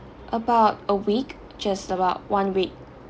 about a week just about one week